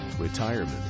Retirement